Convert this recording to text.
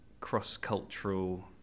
cross-cultural